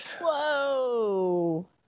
Whoa